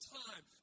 time